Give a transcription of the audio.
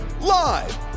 live